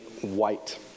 white